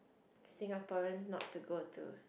Singaporeans not to go to